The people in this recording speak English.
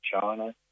China